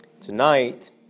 Tonight